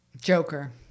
Joker